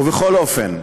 ובכל אופן,